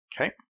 Okay